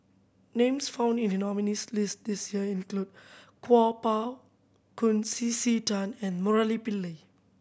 names found in the nominees' list this year include Kuo Pao Kun C C Tan and Murali